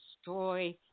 destroy